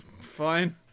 fine